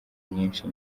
nyinshi